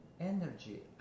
energy